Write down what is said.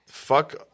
Fuck